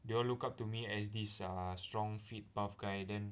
they all look up to me as this err strong fit buff guy then